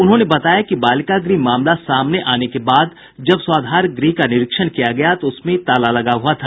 उन्होंने बताया कि बालिका गृह मामला सामने आने के बाद जब स्वाधार गृह का निरीक्षण किया गया तो उसमें ताला लगा हुआ था